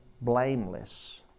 blameless